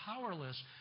powerless